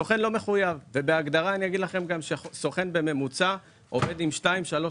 סוכן לא מחויב ובהגדרה אני אגיד לכם גם שסוכן עובד עם שתיים-שלוש